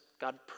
God